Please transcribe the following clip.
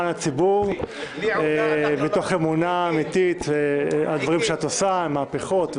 הציבור מתוך אמונה אמיתית בדברים שאת עושה מהפכות.